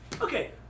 Okay